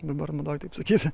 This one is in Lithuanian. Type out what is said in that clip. dabar madoje taip sakys